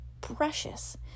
precious